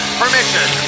permission